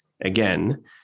again